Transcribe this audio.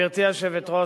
גברתי היושבת-ראש,